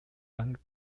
are